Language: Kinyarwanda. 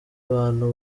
bantu